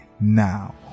now